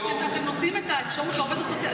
אתם נותנים אפשרות לעובד הסוציאלי,